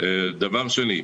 שנית,